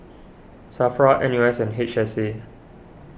Safra N U S and H S A